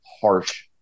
harsh